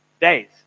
days